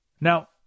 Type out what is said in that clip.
Now